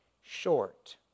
short